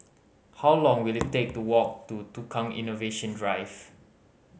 how long will it take to walk to Tukang Innovation Drive